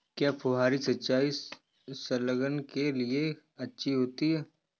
क्या फुहारी सिंचाई शलगम के लिए अच्छी होती है?